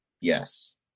yes